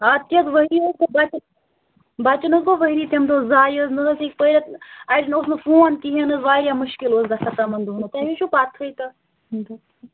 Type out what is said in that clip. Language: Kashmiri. اَدٕ کیٛاہ حظ ؤری حظ گوٚو بَچس بَچن حظ گوٚو ؤری تَمہِ دۄہ زایہِ حظ نہٕ حظ ہیٚکۍ پٔرِتھ اَڑٮ۪ن اوس نہٕ فون کِہیٖنۍ نہٕ واریاہ مُشکِل اوس گَژھان تِمَن دۄہَن تۄہے چھِو پتہٕ ہٕے تہٕ